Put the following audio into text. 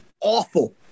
awful